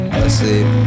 asleep